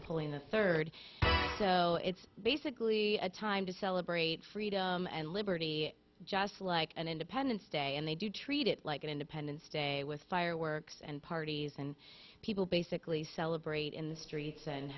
napoleon the third so it's basically a time to celebrate freedom and liberty just like an independence day and they do treat it like an independence day with fireworks and parties and people basically celebrate in the streets and